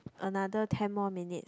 another ten more minutes